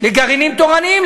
לגרעינים תורניים,